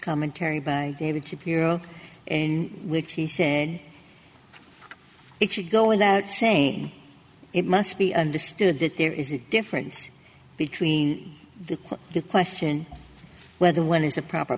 commentary by david shapiro and which he said it should go without saying it must be understood that there is a difference between the question of whether one is the proper